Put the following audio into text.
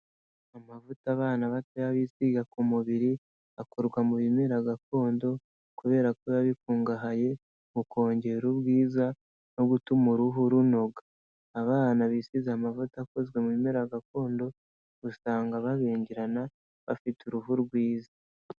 Amavuta abana batoya bisiga ku mubiri akorwa mu bimera gakondo kubera ko biba bikungahaye mu kongera ubwiza no gutuma uruhu runoga, abana bisiea amavuta akozwe mu bimera gakondo usanga babengerana bafite uruhu rwiza.